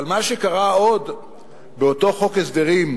אבל מה שקרה עוד באותו חוק הסדרים,